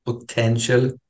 potential